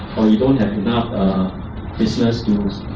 or you don't have enough business to